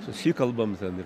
susikalbam ten ir